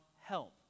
help